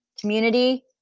community